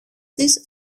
της